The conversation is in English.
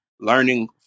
learning